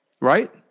Right